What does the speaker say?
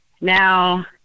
now